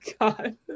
God